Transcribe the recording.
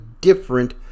different